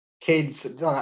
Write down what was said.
kids